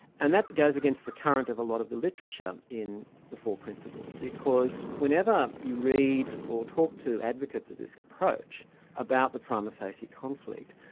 and that goes against the current of a lot of the literature in the four principles, because whenever you read or talk to advocates of this approach about the prima facie conflict,